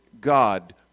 God